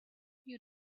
you